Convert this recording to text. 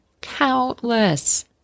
countless